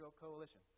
coalition